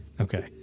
Okay